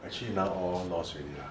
actually now all lost already lah